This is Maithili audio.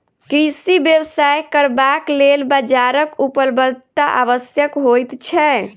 कृषि व्यवसाय करबाक लेल बाजारक उपलब्धता आवश्यक होइत छै